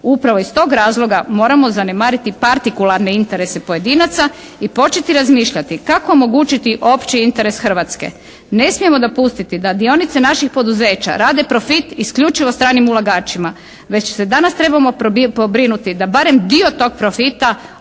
Upravo iz tog razloga moramo zanemariti partikularne interese pojedinaca i početi razmišljati kako omogućiti opći interes Hrvatske. Ne smijemo dopustiti da dionice naših poduzeća rade profit isključivo stranim ulagačima, već se danas trebamo pobrinuti da barem dio tog profita ostane